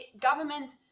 government